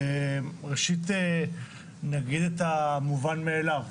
ראשית, אני אגיד את המובן מאליו